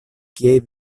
kiel